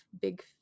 big